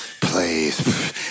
Please